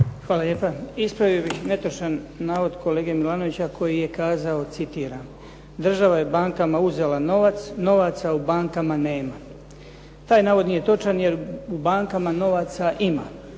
Hvala lijepa. Ispravio bih netočan navod kolege Milanovića koji je kazao, citiram: "Država je bankama uzela novac, novaca u bankama nema." Taj navod nije točan jer u bankama novaca ima.